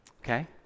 okay